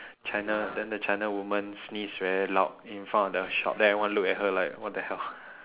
China then the China woman sneezed very loud in front of the shop then everyone look at her like what the hell